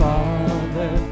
Father